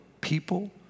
people